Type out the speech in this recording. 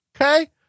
okay